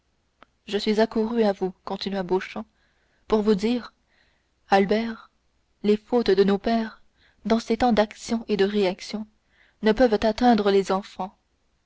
je suis accouru à vous continua beauchamp pour vous dire albert les fautes de nos pères dans ces temps d'action et de réaction ne peuvent atteindre les enfants